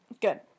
Good